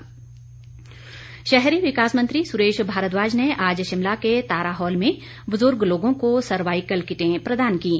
सुरेश भारद्वाज शहरी विकास मंत्री सुरेश भारद्वाज ने आज शिमला के तारा हॉल में बुजुर्ग लोगों को सरवाइकल किटें प्रदान कीं